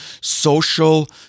social